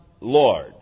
Lord